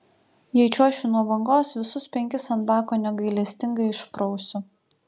jei čiuošiu nuo bangos visus penkis ant bako negailestingai išprausiu